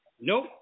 Nope